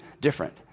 different